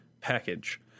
package